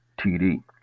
TD